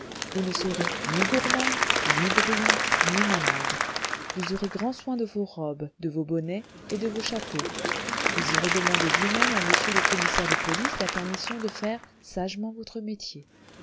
vous ne serez ni gourmande ni bruyante ni malade vous aurez grand soin de vos robes de vos bonnets et de vos chapeaux vous irez demander vous-même à monsieur le commissaire de police la permission de faire sagement votre métier